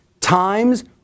times